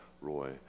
Roy